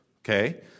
okay